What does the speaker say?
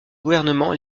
gouvernement